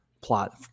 plot